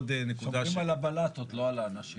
שומרים על הבלטות, לא על האנשים.